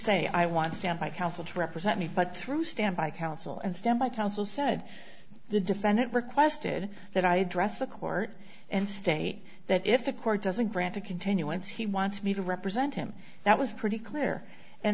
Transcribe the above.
say i want to stand by counsel to represent me but through stand by counsel and stand by counsel said the defendant requested that i address the court and state that if a court doesn't grant a continuance he wants me to represent him that was pretty clear and